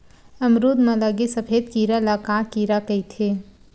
अमरूद म लगे सफेद कीरा ल का कीरा कइथे?